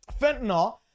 fentanyl